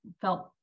felt